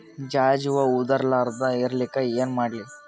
ಜಾಜಿ ಹೂವ ಉದರ್ ಲಾರದ ಇರಲಿಕ್ಕಿ ಏನ ಮಾಡ್ಲಿ?